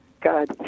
God